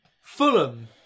Fulham